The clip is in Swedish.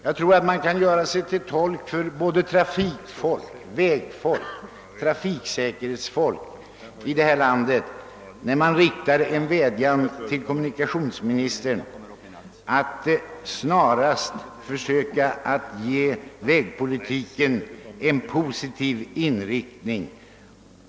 Jag är säker på att man gör sig till tolk för både trafikfolk, vägfolk och trafiksäkerhetsfolk när man riktar en vädjan till kommunikationsministern att snarast försöka ge vägpolitiken en positiv inriktning.